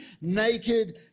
naked